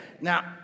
Now